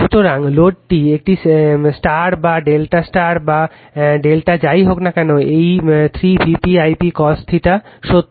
সুতরাং লোডটি একটি স্টার বা Δ স্টার বা Δ যাই হোক না কেন এই 3 Vp I p cos θ সত্য